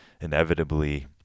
inevitably